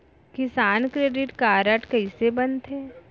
किसान credit card कइसे बनथे?